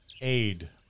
aid